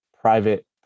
private